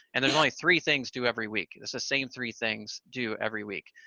and there's only three things due every week. it's the same three things due every week,